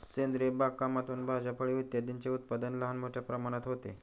सेंद्रिय बागकामातून भाज्या, फळे इत्यादींचे उत्पादन लहान मोठ्या प्रमाणात होते